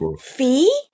fee